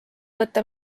võtta